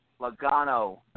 Logano